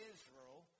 Israel